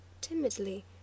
Timidly